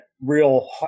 real